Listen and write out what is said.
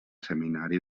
seminari